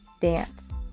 Dance